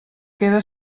quede